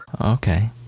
Okay